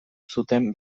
zuten